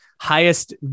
highest